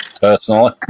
personally